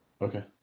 Okay